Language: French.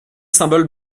symbole